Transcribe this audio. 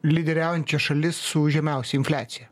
lyderiaujančia šalis su žemiausia infliacija